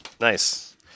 nice